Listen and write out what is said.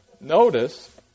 Notice